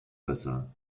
bassins